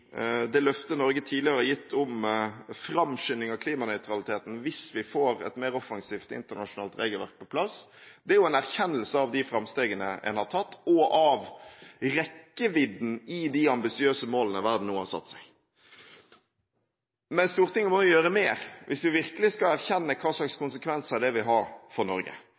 det løftet Norge tidligere har gitt om framskynding av klimanøytraliteten hvis vi får et mer offensivt internasjonalt regelverk på plass, er en erkjennelse av de framstegene en har tatt og av rekkevidden av de ambisiøse målene verden nå har satt seg. Men Stortinget må jo gjøre mer hvis vi virkelig skal erkjenne hvilke konsekvenser det vil ha for Norge.